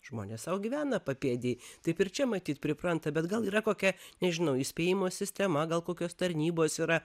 žmonės sau gyvena papėdėj taip ir čia matyt pripranta bet gal yra kokia nežinau įspėjimo sistema gal kokios tarnybos yra